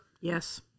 Yes